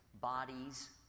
bodies